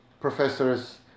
professors